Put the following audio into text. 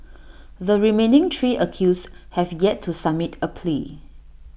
the remaining three accused have yet to submit A plea